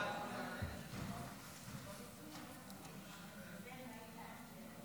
ההצעה להעביר את הצעת חוק הרשויות המקומיות (בחירות)